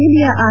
ದೆಹಲಿಯ ಆರ್